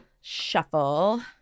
shuffle